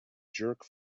jerk